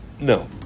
no